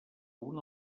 una